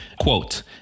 quote